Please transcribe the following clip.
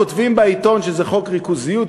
כותבים בעיתון שזה חוק ריכוזיות,